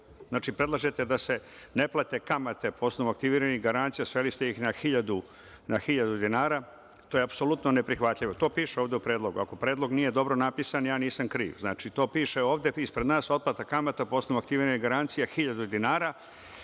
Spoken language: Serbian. Znači, predlažete da se ne plate kamate po osnovu aktiviranih garancija, sveli ste ih na hiljadu dinara. To je apsolutno ne prihvatljivo. To piše ovde u predlogu. Ako predlog nije dobro napisan, ja nisam kriv. Znači, to piše ovde ispred nas – otplata kamata po osnovu aktiviranih garancija hiljadu dinara,